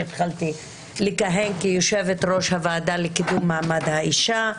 התחלתי לכהן כיו"ר הוועדה לקידום מעמד האישה.